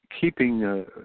keeping